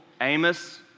Amos